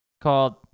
Called